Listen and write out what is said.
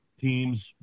teams